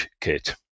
kit